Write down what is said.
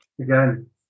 Again